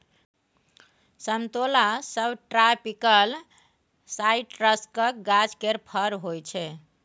समतोला सबट्रापिकल साइट्रसक गाछ केर फर होइ छै